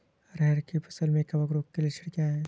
अरहर की फसल में कवक रोग के लक्षण क्या है?